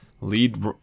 lead